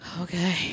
okay